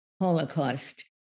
Holocaust